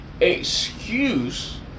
excuse